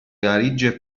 valige